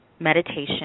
Meditation